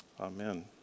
amen